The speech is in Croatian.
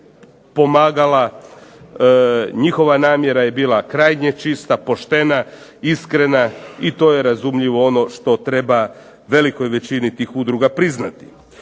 pomagala, njihova namjera je bila krajnje čista, poštena, iskrena i to je razumljivo ono što treba velikoj većini tih udruga priznati.